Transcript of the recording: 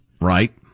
Right